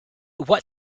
what